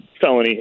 felony